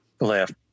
left